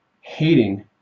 hating